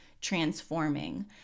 transforming